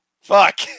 fuck